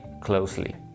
closely